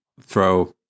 throw